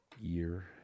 year